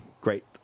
great